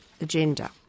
agenda